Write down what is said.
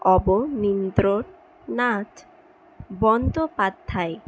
Abanindranath Bandyopadhyay